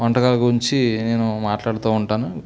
వంటకాల గురించి నేను మాట్లాడుతూ ఉంటాను